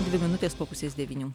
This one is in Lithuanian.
dvi minutės po pusės devynių